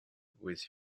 with